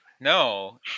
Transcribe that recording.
no